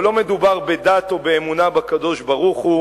פה לא מדובר בדת או באמונה בקדוש-ברוך-הוא,